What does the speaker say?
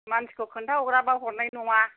मानसिखौ खोन्थाहराबा हरनाय नङा